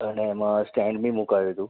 અને એમાં stand B મુકાયું હતું